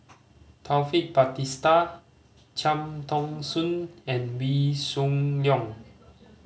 Taufik Batisah Cham Ton Soon and Wee Shoo Leong